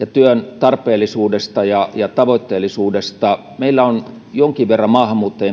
ja työn tarpeellisuudesta ja ja tavoitteellisuudesta meillä on jonkin verran maahanmuuttajien